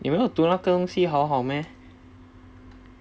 你没有点读那个东西好好:ni mei you du na ge dong xi hao hao meh